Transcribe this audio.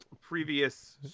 previous